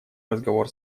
разговор